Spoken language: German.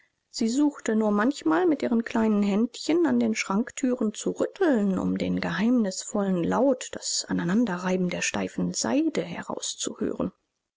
sie suchte nur manchmal mit ihren kleinen händen an den schrankthüren zu rütteln um den geheimnisvollen laut das aneinanderreiben der steifen seide herauszuhören